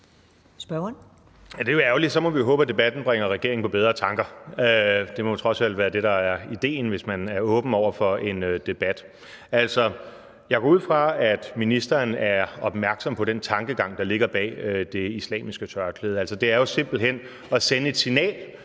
Det er jo ærgerligt, og så må vi håbe, at debatten bringer regeringen på bedre tanker. Det må trods alt være det, der er ideen, hvis man er åben over for en debat. Jeg går ud fra, at ministeren er opmærksom på den tankegang, der ligger bag det islamiske tørklæde. Det er jo simpelt hen at sende et signal